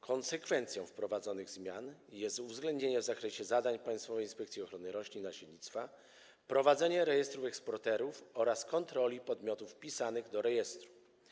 Konsekwencją przewidzianych zmian jest uwzględnienie w zakresie zadań Państwowej Inspekcji Ochrony Roślin i Nasiennictwa prowadzenia rejestru eksporterów oraz kontroli podmiotów wpisanych do rejestru.